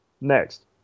Next